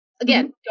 Again